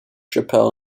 chappell